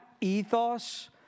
ethos